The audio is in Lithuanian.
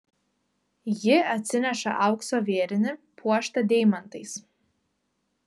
ji atsineša aukso vėrinį puoštą deimantais